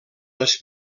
les